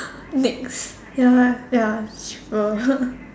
Nyx ya ya sure